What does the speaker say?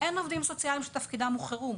אין עובדים סוציאליים שתפקידם הוא חירום.